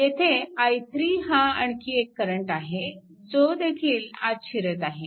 येथे i3 हा आणखी एक करंट आहे जो देखील आत शिरत आहे